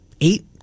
eight